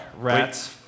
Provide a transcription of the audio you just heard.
Rats